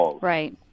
Right